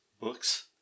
books